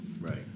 Right